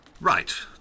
Right